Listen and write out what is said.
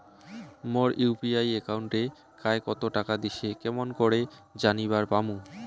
মোর UPI একাউন্টে কায় কতো টাকা দিসে কেমন করে জানিবার পামু?